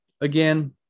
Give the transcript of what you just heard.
Again